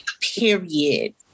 period